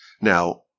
Now